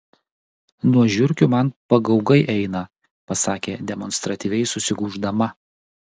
nuo žiurkių man pagaugai eina pasakė demonstratyviai susigūždama